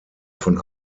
von